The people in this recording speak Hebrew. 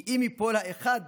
כי אם יפלו החד